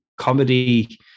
comedy